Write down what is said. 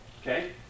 Okay